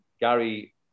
Gary